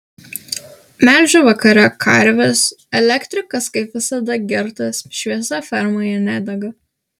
melžiu vakare karves elektrikas kaip visada girtas šviesa fermoje nedega